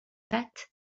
pattes